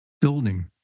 building